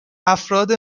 افراد